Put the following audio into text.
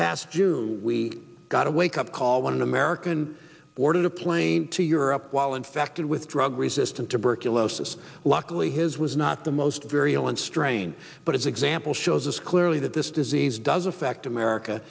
past june we got a wake up call one american boarded a plane to europe while infected with drug resistant tuberculosis luckily his was not the most very ill and strain but as example shows us clearly that this disease does affect america